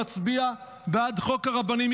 נצביע בעד חוק הרבנים".